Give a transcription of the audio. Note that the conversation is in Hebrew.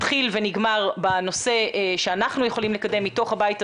מתחיל ונגמר בנושא שאנחנו יכולים לקדם מתוך הבית הזה,